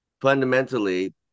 fundamentally